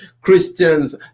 Christians